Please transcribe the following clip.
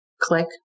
Click